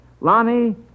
lonnie